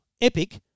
Epic